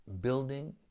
Building